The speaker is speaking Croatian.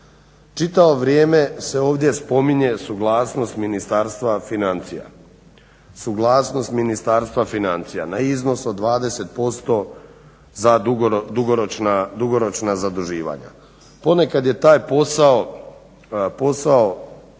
Ministarstva financija, suglasnost Ministarstva financija na iznos od 20% za dugoročna zaduživanja. Ponekad je taj posao